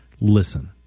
listen